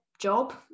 job